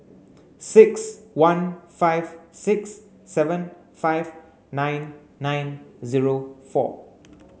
six one five six seven five nine nine zero four